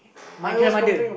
my grandmother